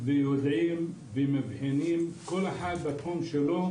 כל אחד בתחום שלו,